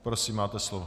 Prosím, máte slovo.